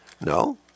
No